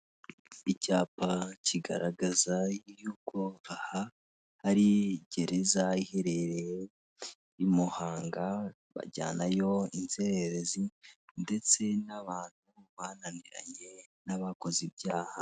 Icyapa kigaragaza y'uko aha ari gereza iherereye i Muhanga bajyanayo inzererezi ndetse n'abantu bananiranye n'abakoze ibyaha.